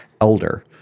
elder